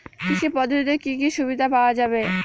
কৃষি পদ্ধতিতে কি কি সুবিধা পাওয়া যাবে?